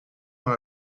dans